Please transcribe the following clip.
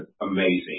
amazing